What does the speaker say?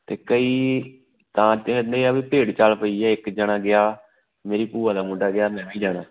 ਅਤੇ ਕਈ ਤਾਂ ਕਹਿੰਦੇ ਆ ਵੀ ਭੇਡ ਚਾਲ ਪਈ ਹੈ ਇੱਕ ਜਣਾ ਗਿਆ ਮੇਰੀ ਭੂਆ ਦਾ ਮੁੰਡਾ ਗਿਆ ਮੈਂ ਵੀ ਜਾਣਾ